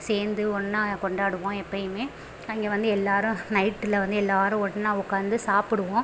சேர்ந்து ஒன்றா கொண்டாடுவோம் எப்போயுமே அங்கே வந்து எல்லோரும் நைட்டில் வந்து எல்லோரும் ஒன்றா உட்காந்து சாப்பிடுவோம்